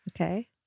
Okay